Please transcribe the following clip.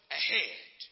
ahead